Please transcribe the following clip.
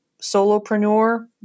solopreneur